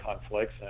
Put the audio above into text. conflicts